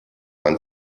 ein